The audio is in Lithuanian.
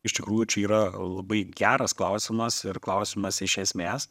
iš tikrųjų čia yra labai geras klausimas ir klausimas iš esmės